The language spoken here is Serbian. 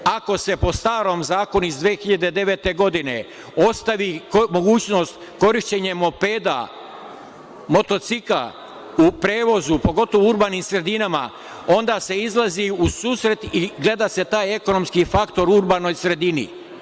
Ako se po starom zakonu iz 2009. godine ostavi mogućnost korišćenje mopeda, motocikala u prevozu, pogotovo u urbanim sredinama, onda se izlazi u susret i gleda se taj ekonomski faktor u urbanoj sredini.